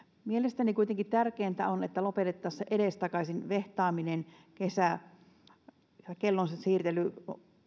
mielestäni kuitenkin tärkeintä on että lopetettaisiin se edestakaisin vehtaaminen ja kellon siirtely